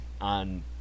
on –